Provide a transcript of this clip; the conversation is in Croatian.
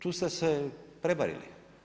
Tu ste se prevarili.